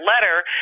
letter